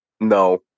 No